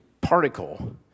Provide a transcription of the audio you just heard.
particle